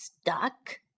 stuck